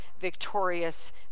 victorious